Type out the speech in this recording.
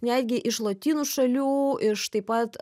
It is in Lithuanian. netgi iš lotynų šalių iš taip pat